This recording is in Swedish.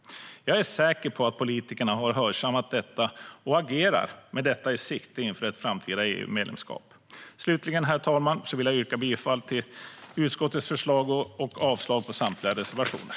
Jag är säker på att politikerna har hörsammat detta och agerar med detta i sikte inför ett framtida EU-medlemskap. Herr talman! Jag vill slutligen yrka bifall till utskottets förslag i betänkandet och avslag på samtliga reservationer.